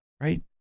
right